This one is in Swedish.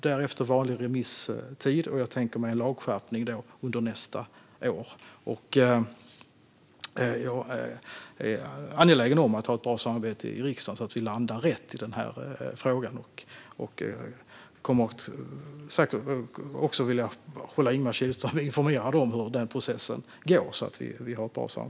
Därefter blir det en vanlig remisstid, och jag tänker mig sedan en lagskärpning under nästa år. Jag är angelägen om att ha ett bra samarbete i riksdagen så att vi landar rätt i frågan, och jag kommer säkert också att vilja hålla Ingemar Kihlström informerad om hur processen går till.